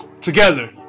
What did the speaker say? Together